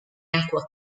acqua